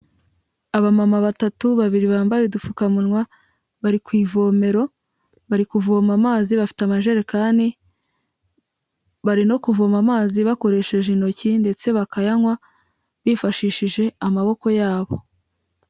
Abamama batatu, babiri bambaye udupfukamunwa bari ku ivomero bari kuvoma amazi bafite amajerekani, bari no kuvoma amazi bakoresheje intoki ndetse bakayanywa bifashishije amaboko yabo.